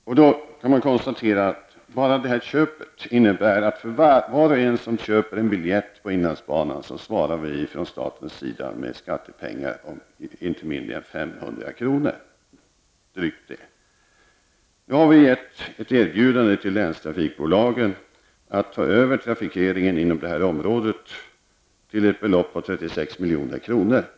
Man kan då konstatera att bara det köpet innebär att för var och en som köper en biljett på inlandsbanan svarar vi från statens sida med skattepengar för inte mindre än drygt 500 kr. Nu har vi givit länstrafikbolagen ett erbjudande att ta över trafikeringen inom det här området till ett belopp av 36 milj.kr.